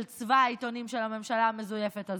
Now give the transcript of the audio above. של צבא העיתונים של הממשלה המזויפת הזאת,